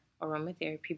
aromatherapy